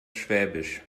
schwäbisch